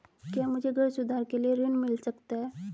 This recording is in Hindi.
क्या मुझे घर सुधार के लिए ऋण मिल सकता है?